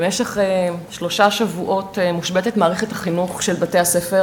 במשך שלושה שבועות מערכת החינוך של בתי-הספר